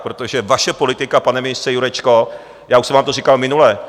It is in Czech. Protože vaše politika, pane ministře Jurečko, já už jsem vám to říkal minule...